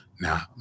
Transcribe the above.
Now